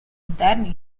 interni